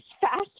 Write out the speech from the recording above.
fast